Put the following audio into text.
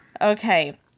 Okay